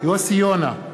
יוסי יונה,